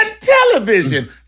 television